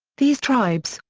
these tribes,